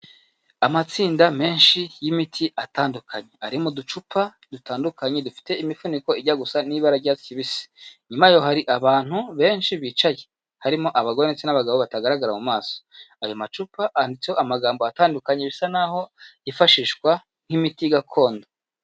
Amatsinda menshi y'imiti atandukanye, ari mu ducupa dutandukanye dufite imifuniko ijya gusa n'ibara ry'icyatsi kibisi, inyuma yayo hari abantu benshi bicaye, harimo abagore ndetse n'abagabo batagaragara mu maso, ayo macupa yanditseho amagambo atandukanye bisa naho yifashishwa nk'imiti gakondo.